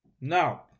Now